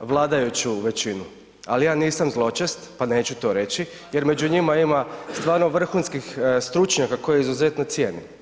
vladajuću većinu ali ja nisam zločest pa neću to reći jer među njima ima stvarno vrhunskih stručnjaka koje izuzetno cijenim.